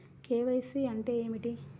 KYC అంటే ఏమి?